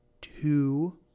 two